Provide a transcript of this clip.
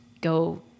go